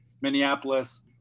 Minneapolis